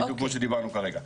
בדיוק כמו שדיברנו כרגע.